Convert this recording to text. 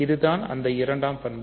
இதுதான் அந்த இரண்டாம் பண்பு